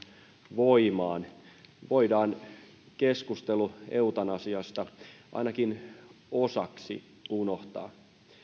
voimaan voidaan keskustelu eutanasiasta ainakin osaksi unohtaa